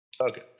Okay